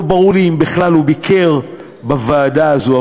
לא ברור לי אם הוא בכלל ביקר בוועדה הזאת,